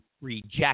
reject